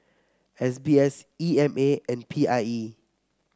S B S E M A and P I E